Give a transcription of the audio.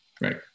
right